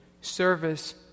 service